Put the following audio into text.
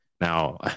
Now